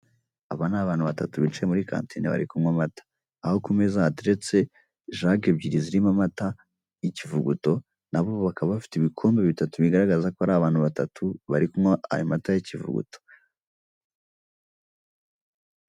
Aba ni abantu bari muri kantine bari kunywa amata, aho ku meza hateretsa ijage ebyiri zirimo amata y'ikivuguto, nabo bakaba bafite ibikombe bitatu, bigaragaza ko ari abantu batatu bari kunywa amata y'ikivuguto.